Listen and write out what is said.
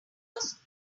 was